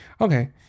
okay